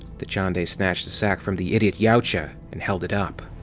dachande snatched the sack from the idiot yautja and held it up.